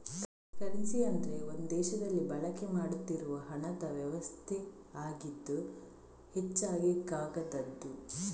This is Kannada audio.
ಕರೆನ್ಸಿ ಅಂದ್ರೆ ಒಂದು ದೇಶದಲ್ಲಿ ಬಳಕೆ ಮಾಡ್ತಿರುವ ಹಣದ ವ್ಯವಸ್ಥೆಯಾಗಿದ್ದು ಹೆಚ್ಚಾಗಿ ಕಾಗದದ್ದು